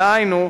דהיינו,